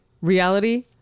Reality